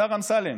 השר אמסלם,